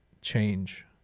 change